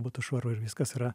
būtų švaru ir viskas yra